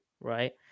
right